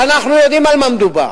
שאנחנו יודעים על מה מדובר.